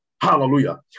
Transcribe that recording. Hallelujah